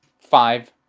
five,